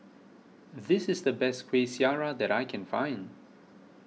this is the best Kueh Syara that I can find